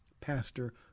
pastor